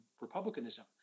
republicanism